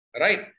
Right